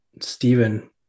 Stephen